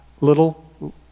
little